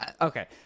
Okay